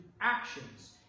actions